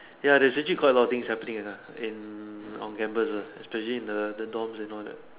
ya that's actually quite a lot of things happening uh in on campus uh especially in the dorms and all that